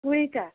কুড়িটা